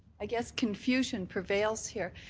i guess confusion prevails here.